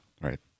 Right